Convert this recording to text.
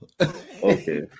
Okay